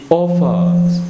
offers